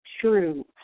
true